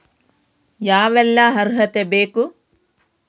ಯಾವೆಲ್ಲ ಅರ್ಹತೆ ಬೇಕು?